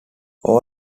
all